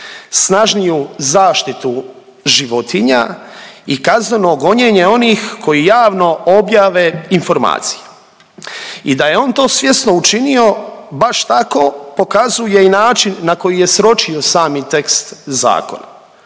snažniju zaštitu životinja i kazneno gonjenje onih koji javno objave informaciju. I da je on to svjesno učinio baš tako pokazuje i način na koji je sročio sami tekst zakona.